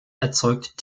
erzeugt